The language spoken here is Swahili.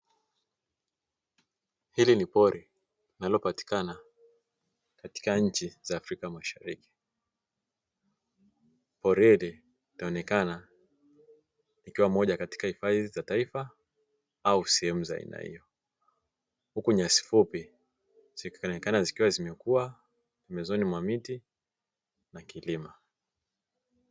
Hili ni Pori hili litaonekana likiwa moja katika hifadhi za taifa au sehemu za aina hiyo. Huku nyasi fupi zitaonekana zikiwa zimekuwa mwelekezo ni wa miti na kilimo.